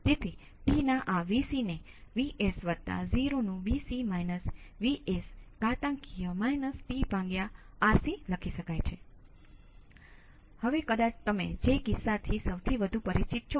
તેથી આપેલ પ્રારંભિક સ્થિતિમાં અને જ્યારે t સમયે ઇનપુટનું મૂલ્ય 0 છે તમે સર્કિટ વિશ્લેષણનો ઉપયોગ કરીને તમામ બ્રાન્ચ વોલ્ટેજ શોધી શકો છો